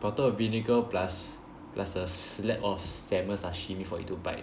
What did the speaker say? bottle of vinegar plus plus a slab of salmon sashimi for you to bite